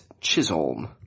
Chisholm